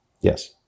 yes